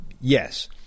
yes